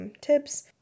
tips